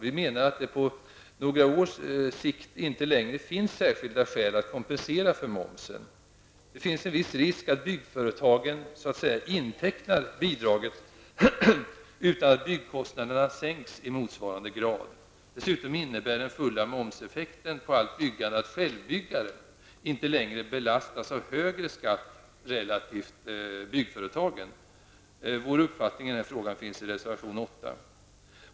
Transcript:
Vi menar att det på några års sikt inte längre finns särskilda skäl att kompensera för momsen. Det finns en viss risk att byggföretagen ''intecknar'' bidraget utan att byggkostnaderna sänks i motsvarande grad. Dessutom innebär den fulla momseffekten på allt byggande att självbyggare inte längre belastas av högre skatt än byggföretagen. Vår uppfattning i den frågan redovisas i reservation 8.